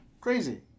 Crazy